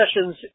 sessions